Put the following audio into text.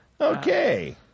Okay